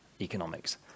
economics